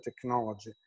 technology